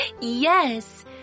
Yes